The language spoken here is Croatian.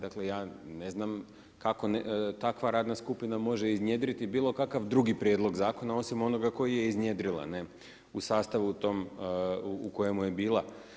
Dakle, ja ne znam kako takva radna skupina može iznjedriti bilo kakav drugi prijedlog zakona osim onoga koji je iznjedrila u sastavu tom u kojemu je bila.